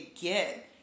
get